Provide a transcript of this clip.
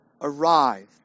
arrived